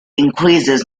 increases